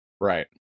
Right